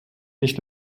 nicht